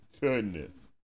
Goodness